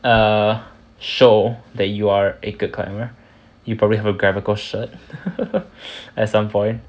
err show that you are a good climber you probably have a gravical shirt at some point